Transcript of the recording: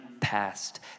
past